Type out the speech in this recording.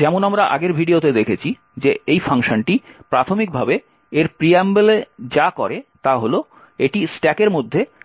যেমন আমরা আগের ভিডিওতে দেখেছি যে এই ফাংশনটি প্রাথমিকভাবে এর Preamble এ যা করে তা হল এটি স্ট্যাকের মধ্যে আগের ফ্রেম পয়েন্টারটিকে ঠেলে দেয়